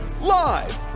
Live